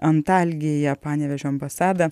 antalgėje panevėžio ambasadą